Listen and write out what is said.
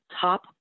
top